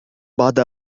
بعد